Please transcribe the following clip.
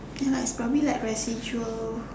ya lah it's probably like residual